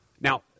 Now